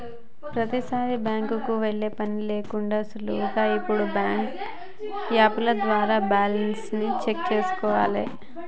ప్రతీసారీ బ్యాంకుకి వెళ్ళే పని లేకుండానే సులువుగా ఇప్పుడు బ్యాంకు యాపుల ద్వారా బ్యాలెన్స్ ని చెక్ చేసుకోవాలే